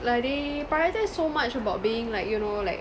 like they prioritize so much about being like you know like